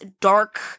dark